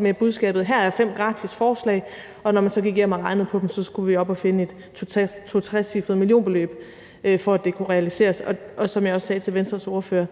med budskabet, at her er fem gratis forslag, som vi, når vi så gik hjem og regnede på dem, skulle op at finde et to- eller trecifret millionbeløb for at kunne realisere. For som jeg også sagde til Venstres ordfører,